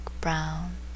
brown